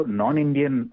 non-Indian